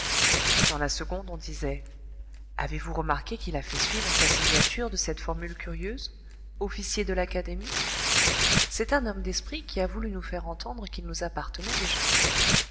dans la seconde on disait avez-vous remarqué qu'il a fait suivre sa signature de cette formule curieuse officier de l'académie c'est un homme d'esprit qui a voulu nous faire entendre qu'il nous appartenait déjà